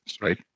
right